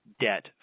debt